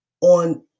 on